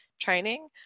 training